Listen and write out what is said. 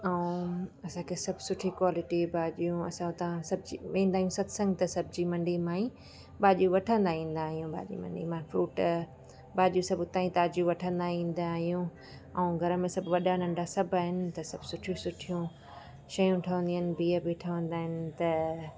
ऐं असांखे सभु सुठी क्वालिटी भाॼियूं असां उता वेंदा आहियूं सतसंग ते सब्जी मंडी मां ई भाॼी वठंदा ईंदा आहियूं भाॼी मंडी मां फ्रूट भाॼियूं सभु उता ई ताज़ियूं वठंदा ईंदा आहियूं ऐं घर में सभु वॾा नंढा सभु आहिनि त सभु सुठियूं सुठियूं शयूं ठहंदियूं आहिनि बिह बि ठहंदा आहिनि त